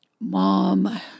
mom